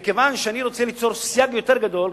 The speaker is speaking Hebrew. מכיוון שאני רוצה ליצור סייג יותר גדול,